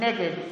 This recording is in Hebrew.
נגד